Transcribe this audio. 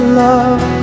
love